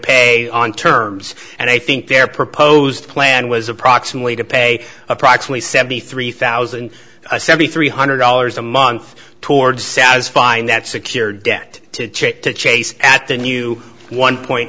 pay on terms and i think their proposed plan was approximately to pay approximately seventy three thousand and seventy three hundred dollars a month toward satisfying that secured debt to to chase at the new one point